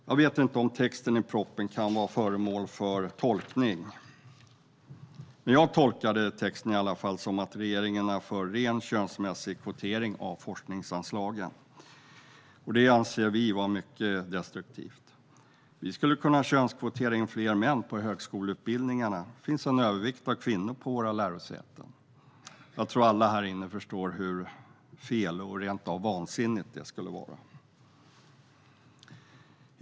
Jag vet inte om texten i propositionen kan vara föremål för tolkning. Men jag tolkade i alla fall texten som att regeringen är för ren könskvotering av forskningsanslagen. Det skulle vara mycket destruktivt, anser vi. Då skulle fler män kunna könskvoteras in på högskoleutbildningarna; det finns en övervikt av kvinnor på våra lärosäten. Jag tror att alla här i kammaren förstår hur fel, rent av vansinnigt, det skulle vara.